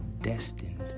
destined